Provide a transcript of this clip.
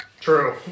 True